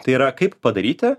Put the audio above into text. tai yra kaip padaryti